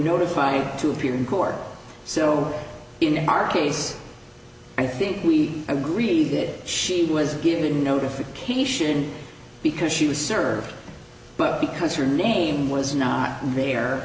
notified to appear in court still in our case i think we agree that she was given notification because she was served but because her name was not there